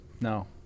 No